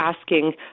asking